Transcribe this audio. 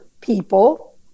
people